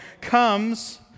comes